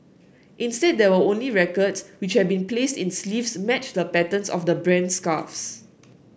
instead there were only record which have been placed in sleeves matched the patterns of the brand's scarves